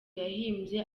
yahimbye